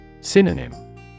Synonym